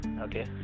Okay